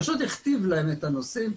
פשוט הכתיב להם את הנושאים.